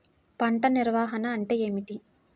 పంట నిర్వాహణ అంటే ఏమిటి?